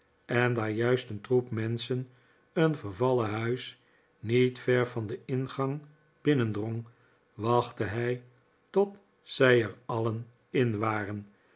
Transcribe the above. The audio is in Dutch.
en daaf juist een troep menschen een vervallen huis niet ver van den ingang binnendrong wachtte hij tot zij er alien in waren